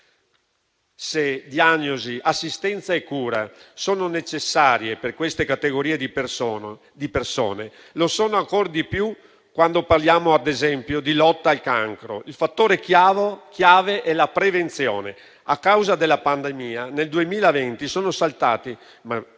Se diagnosi, assistenza e cure sono necessarie per queste categorie di persone, lo sono ancora di più quando parliamo, ad esempio, di lotta al cancro: il fattore chiave è la prevenzione. A causa della pandemia, nel 2020 sono saltati